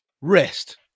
rest